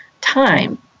time